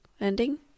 ending